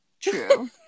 True